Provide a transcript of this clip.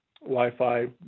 Wi-Fi